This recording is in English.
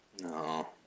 No